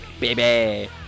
Baby